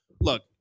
look